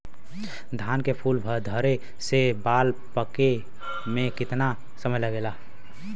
धान के फूल धरे से बाल पाके में कितना समय लागेला?